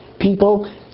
people